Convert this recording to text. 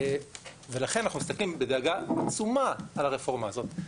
ולכן אנחנו מסתכלים בדאגה עצומה על הרפורמה הזאת.